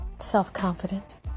self-confident